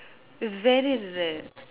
is very rare